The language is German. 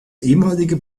ehemalige